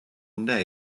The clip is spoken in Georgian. უნდა